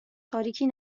تاریکی